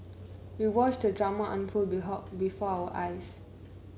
we watched the drama unfold before our eyes